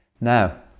Now